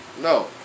No